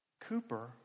Cooper